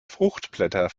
fruchtblätter